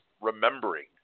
remembering